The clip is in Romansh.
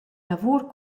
lavur